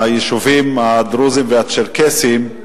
ליישובים הדרוזיים והצ'רקסיים,